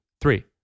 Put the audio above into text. three